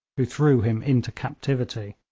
who threw him into captivity.